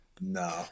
No